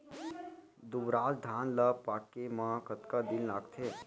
दुबराज धान ला पके मा कतका दिन लगथे?